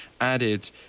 added